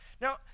Now